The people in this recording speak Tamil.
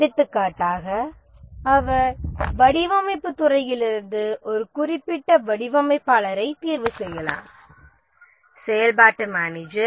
எடுத்துக்காட்டாக அவர் வடிவமைப்புத் துறையிலிருந்து ஒரு குறிப்பிட்ட வடிவமைப்பாளரைத் தேர்வுசெய்யலாம் செயல்பாட்டு மேனேஜர்